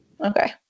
Okay